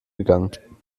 gegangen